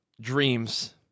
dreams